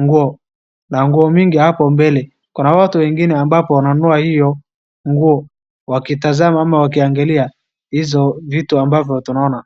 nguo na nguo mingi hapo mbele. Kuna watu wengine ambapo wananunua hiyo nguo wakitazama ama wakiangalia hizo vitu ambavyo tunaona.